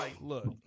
look